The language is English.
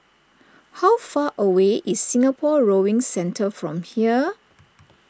how far away is Singapore Rowing Centre from here